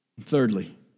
Thirdly